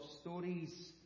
stories